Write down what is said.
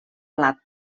blat